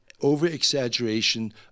Over-exaggeration